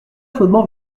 chaudement